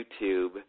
YouTube